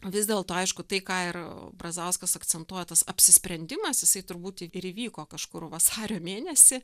vis dėlto aišku tai ką ir brazauskas akcentuotas apsisprendimas jisai turbūt ir įvyko kažkur vasario mėnesį